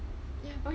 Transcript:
yup